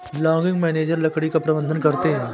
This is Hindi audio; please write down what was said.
लॉगिंग मैनेजर लकड़ी का प्रबंधन करते है